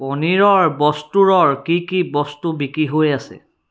পনীৰৰ বস্তুৰৰ কি কি বস্তু বিক্ৰী হৈ আছে